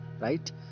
right